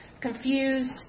confused